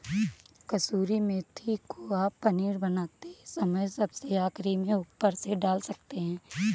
कसूरी मेथी को आप पनीर बनाते समय सबसे आखिरी में ऊपर से डाल सकते हैं